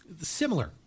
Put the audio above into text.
similar